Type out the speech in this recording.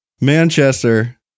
Manchester